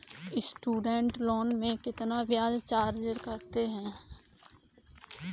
Student loan में कितना ब्याज चार्ज करते हैं?